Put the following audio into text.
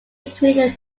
between